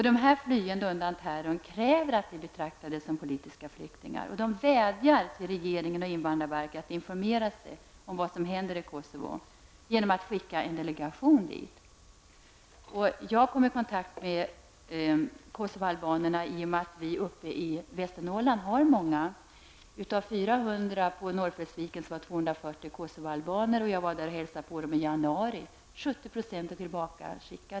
Dessa flyktingar undan terrorn kräver att bli betraktade som politiska flyktingar och vädjar till regeringen och invandrarverket att informera sig om vad som händer i Kosovo genom att skicka en delegation dit. Jag kom i kontakt med Kosovoalbaner genom att vi har många uppe i Västernorrland. Av 400 flyktingar på Norrfjällsviken var 240 Kosovoalbaner. Jag var där och hälsade på dem i januari. Nu är 70 % av dem tillbakaskickade.